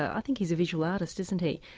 i think he's a visual artist isn't he,